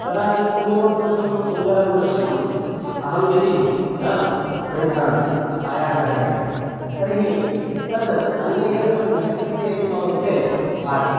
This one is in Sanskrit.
कदाचित् पूर्वं द्रष्टुं सुन्दरं दृश्यम् अहं यदि न गृह्णामि छायाग्रहणेन तर्हि तद् अन्यैः द्रष्टुं न शक्यते इति मम कृते भाति